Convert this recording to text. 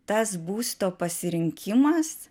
tas būsto pasirinkimas